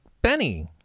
Benny